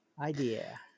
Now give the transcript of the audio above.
idea